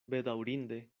bedaŭrinde